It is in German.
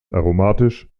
aromatisch